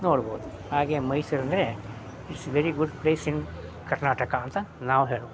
ನೋಡ್ಬೋದು ಹಾಗೆ ಮೈಸೂರೆಂದ್ರೆ ಇಸ್ ವೆರಿ ಗುಡ್ ಪ್ಲೇಸ್ ಇನ್ನು ಕರ್ನಾಟಕ ಅಂತ ನಾವು ಹೇಳ್ಬೋದು